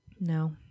No